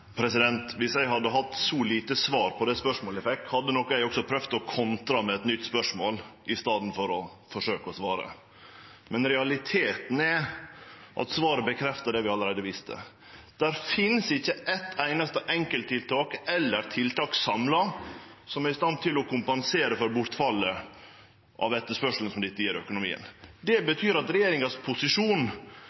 Viss eg hadde hatt så lite svar på spørsmålet eg fekk, hadde nok eg òg prøvd å kontre med eit nytt spørsmål i staden for å forsøkje å svare. Men realiteten er at svaret bekreftar det vi allereie visste. Det finst ikkje eit einaste enkelttiltak eller tiltak samla som er i stand til å kompensere for bortfallet av etterspørselen som dette gjev økonomien. Det betyr at